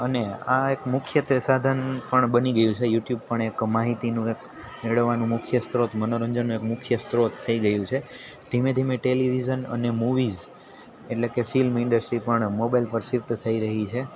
અને આ એક મુખ્યત્વે સાધન પણ બની ગયું સે યુટ્યુબ પણ એક માહિતીનું એક મેળવવાનું એક મુખ્ય સ્રોત મનોરંજનનો એક મુખ્ય સ્રોત થઈ ગયું છે ધીમે ધીમે ટેલિવિઝન અને મૂવીઝ એટલે કે ફિલ્મ ઇન્ડસ્ટ્રી પણ મોબાઈલ પર શિફ્ટ થઈ રહી છે